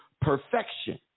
perfection